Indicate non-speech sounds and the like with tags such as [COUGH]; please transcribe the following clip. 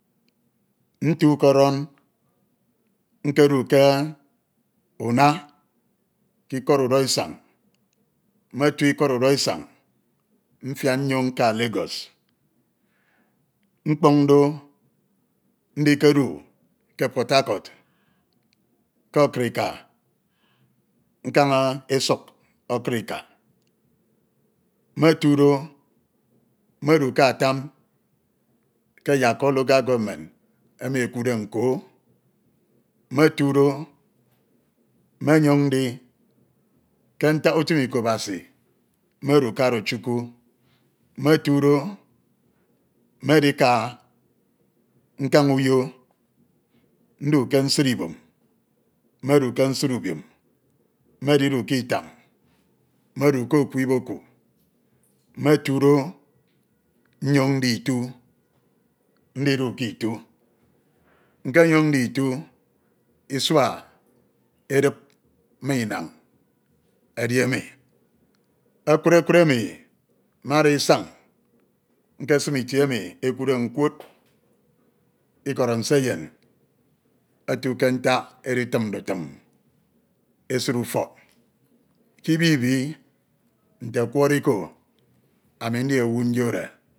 Ntu ke oron nkedu ke onna ke ikod udo isan. Mmetu ikod udo isan mfiak nyoñ nka Lagos. Mkpoñ do ndike du ke Port Harcourt ke Okrika nkan esuk Okrika. Mmetudo, mmedu ke atam ke yakkur local government emi ekuudde nko. Mmetudo mmenyun ndi, ke ntak utun iko Abasi mmedu ke Arochukwu. Mmetudo, mmedika nkan Uyo, ndu ke nsit ubiom, meduke nsit ibom, mmedidu ke itam, mmedu ke oku iboku. Mmetudo nyoñ ndi ito. ndidu ke ito. Nkenyun ndi ito isua edip ma inan edi emi. Ekua Ekua emi mmada isan nkesim isua emu ekuudde [NOISE] nkwot ikot nseyen etu ke ntak editun ndutim esid ufok kibibi nte okworo iko ami ndi owu nyiore.